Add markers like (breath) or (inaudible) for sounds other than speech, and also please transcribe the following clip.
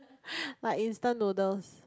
(breath) like instant noodles